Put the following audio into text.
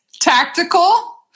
tactical